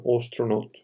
astronaut